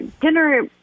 Dinner